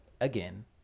again